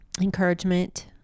encouragement